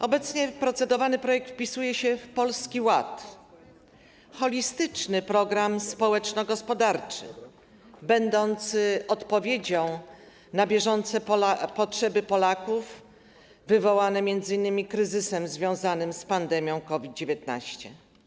Obecnie procedowany projekt wpisuje się w Polski Ład, holistyczny program społeczno-gospodarczy będący odpowiedzią na bieżące potrzeby Polaków wywołane m.in. kryzysem związanym z pandemią COVID-19.